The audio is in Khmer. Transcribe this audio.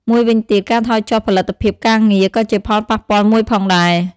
មួយវិញទៀត ការថយចុះផលិតភាពការងារ ក៏ជាផលប៉ះពាល់មួយផងដែរ។